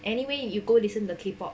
anyway you go listen to the K_pop